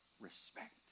Respect